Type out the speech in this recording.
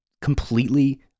completely